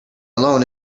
alone